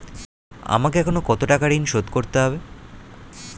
আমাকে এখনো কত টাকা ঋণ শোধ করতে হবে?